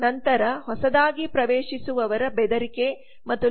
ನಂತರ ಹೊಸದಾಗಿ ಪ್ರವೇಶಿಸುವವರ ಬೆದರಿಕೆ ಮತ್ತು ಬದಲಿ ಸೇವೆಗಳ ಬೆದರಿಕೆ ಇದೆ